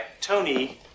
Tony